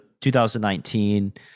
2019